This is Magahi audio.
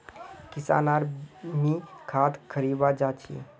किशन आर मी खाद खरीवा जा छी